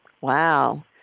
Wow